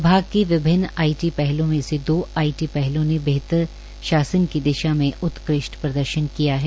विभाग की विभिन्न आईटी पहलों में से दो आईटी पहलों ने बेहतर शासन की दिशा में उत्कृष्ट प्रदर्शन किया है